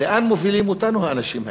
לאן מובילים אותנו האנשים האלה?